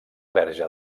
verge